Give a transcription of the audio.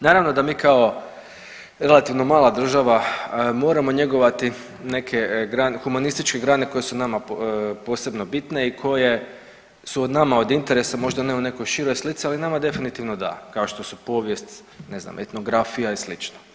Naravno da mi kao relativno mala država moramo njegovati neke humanističke grane koje su nama posebno bitne i koje su nama od interesa možda ne u nekoj široj slici, ali nama definitivno da kao što su povijest, ne znam etnografija i slično.